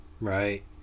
right